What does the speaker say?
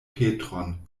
petron